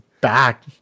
back